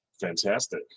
fantastic